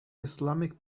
islamic